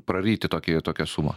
praryti tokį tokią sumą